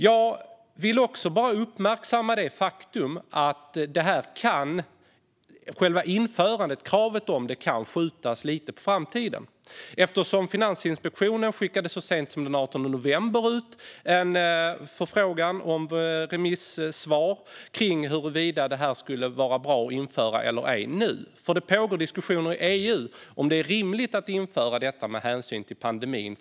Jag vill uppmärksamma det faktum att själva införandet kan skjutas något på framtiden eftersom Finansinspektionen så sent som den 18 november skickade ut en förfrågan om remissvar beträffande huruvida detta skulle vara bra att införa nu. Det pågår nämligen diskussioner i EU om det för tillfället är rimligt att införa det här med hänsyn till pandemin.